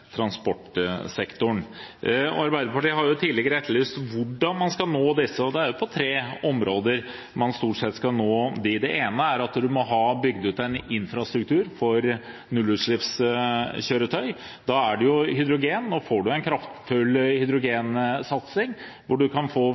transportsektoren. Arbeiderpartiet har tidligere etterlyst hvordan man skal nå disse, og det er på tre områder man stort sett skal nå dem. Det ene er at man må ha bygd ut en infrastruktur for nullutslippskjøretøy. Da er det jo hydrogen. Nå får man en kraftfull hydrogensatsing hvor man kan få